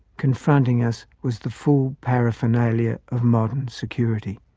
confronting us was the full paraphernalia of modern security,